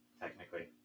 technically